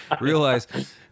realize